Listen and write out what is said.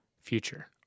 future